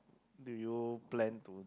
do you plan to